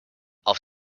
auf